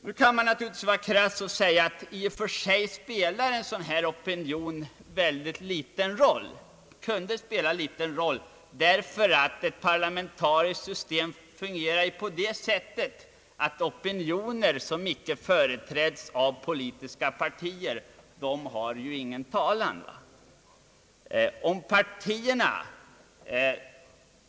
Nu kan man givetvis vara krass och säga att en sådan opinion i och för sig spelar en mycket liten roll, därför att ett parlamentariskt system fungerar på det sättet att opinioner, som inte företräds av politiska partier, inte har någon talan.